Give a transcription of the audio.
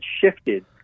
shifted